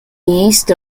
yeast